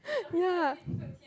yeah